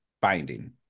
binding